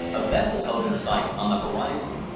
a vessel hove in sight on the horizon.